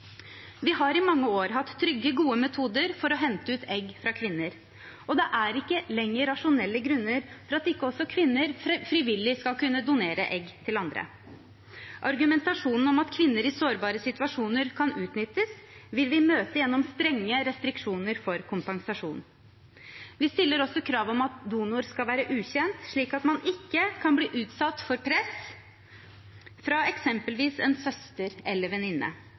Vi har i mange år hatt trygge, gode metoder for å hente ut egg fra kvinner, og det er ikke lenger rasjonelle grunner for at ikke også kvinner frivillig skal kunne donere egg til andre. Argumentasjonen om at kvinner i sårbare situasjoner kan utnyttes, vil vi møte gjennom strenge restriksjoner når det gjelder kompensasjon. Vi stiller også krav om at donor skal være ukjent, slik at man ikke kan bli utsatt for press fra eksempelvis en søster